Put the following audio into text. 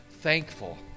thankful